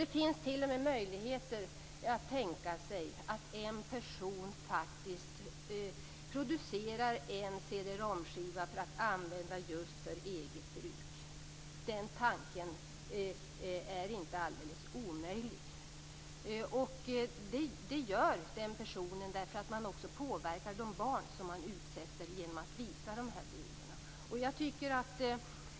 Det är t.o.m. möjligt att en person producerar en cd-rom-skiva att använda just för eget bruk. Den tanken är inte alldeles omöjlig. Det gör den personen därför att man också påverkar de barn man utsätter genom att visa de här bilderna.